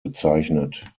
bezeichnet